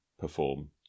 perform